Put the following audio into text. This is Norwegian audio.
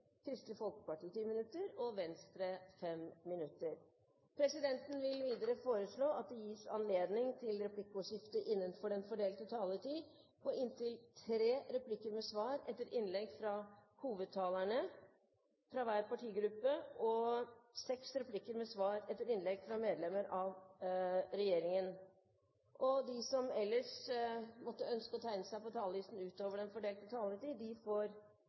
Kristelig Folkeparti 10 minutter og Venstre 5 minutter. Videre vil presidenten foreslå at det blir gitt anledning til replikkordskifte på inntil tre replikker med svar etter innlegg fra hovedtalerne fra hver partigruppe og seks replikker med svar etter innlegg fra medlemmer av regjeringen innenfor den fordelte taletid. Videre blir det foreslått at de som måtte tegne seg på talerlisten utover den fordelte taletid, får